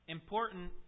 important